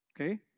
Okay